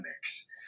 mix